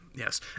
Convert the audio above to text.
Yes